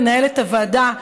מנהלת הוועדה,